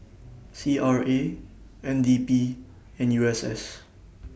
C R A N D P and U S S